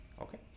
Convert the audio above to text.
okay